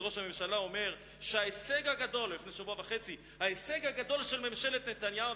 את ראש הממשלה אומר שההישג הגדול של ממשלת נתניהו,